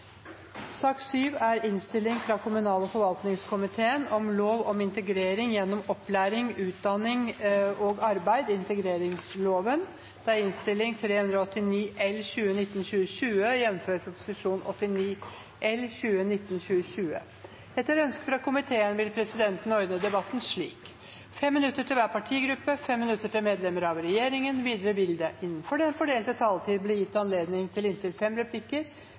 sak nr. 7. Etter ønske fra kommunal- og forvaltningskomiteen vil presidenten ordne debatten slik: 3 minutter til hver partigruppe og 3 minutter til medlemmer av regjeringen. Videre vil det, innenfor den fordelte taletid, bli gitt anledning til replikkordskifte med inntil tre replikker